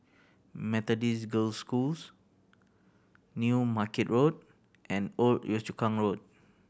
Methodist Girls' Schools New Market Road and Old Yio Chu Kang Road